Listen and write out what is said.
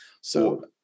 So-